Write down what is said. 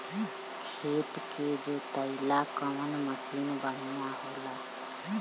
खेत के जोतईला कवन मसीन बढ़ियां होला?